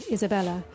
Isabella